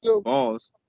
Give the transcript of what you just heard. balls